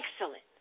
Excellent